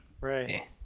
right